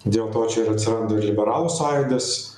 dėl to čia ir atsirado liberalų sąjūdis